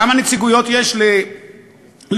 כמה נציגויות יש לרוסיה?